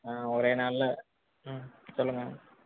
ஆ ஒரே நாளில் ம் சொல்லுங்கள்